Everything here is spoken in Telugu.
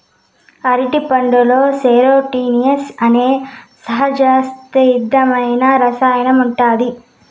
అరటిపండులో సెరోటోనిన్ అనే సహజసిద్ధమైన రసాయనం ఉంటాది